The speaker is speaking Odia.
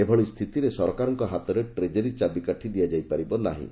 ଏଭଳି ସ୍ଥିତିରେ ସରକାରଙ୍କ ହାତରେ ଟ୍ରେଜେରୀ ଚାବିକାଠି ଦିଆଯାଇପାରିବ ନାହିଁ